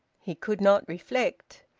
he could not reflect.